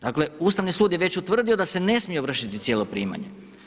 Dakle, Ustavni sud je već utvrdio da se ne smije ovršiti cijelo primanje.